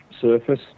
surface